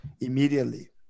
immediately